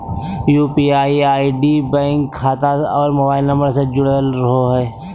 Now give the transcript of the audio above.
UPI ID bank खाता और mobile number से से जुरल रहो हइ